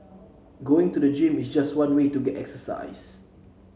going to the gym is just one way to get exercise